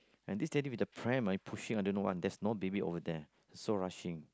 and this daddy with the pram ah he pushing I don't know what there's no baby over there so rushing